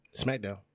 SmackDown